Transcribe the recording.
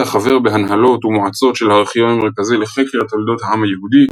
היה חבר בהנהלות ומועצות של הארכיון המרכזי לחקר תולדות העם היהודי,